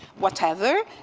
whatever,